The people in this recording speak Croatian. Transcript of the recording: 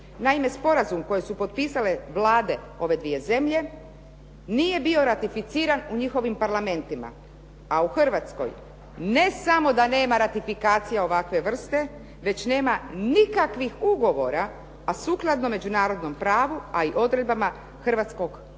Naime, sporazum koji su potpisale Vlade ove dvije zemlje nije bio ratificiran u njihovim parlamentima. A u Hrvatskoj ne samo da nema ratifikacije ovakve vrste već nema nikakvih ugovora a sukladno međunarodnom pravu a i odredbama hrvatskog Zakona